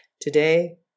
Today